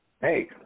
Hey